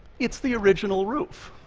it's the original roof.